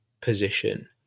position